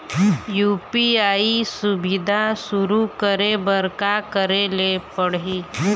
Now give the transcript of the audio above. UPI सुविधा शुरू करे बर का करे ले पड़ही?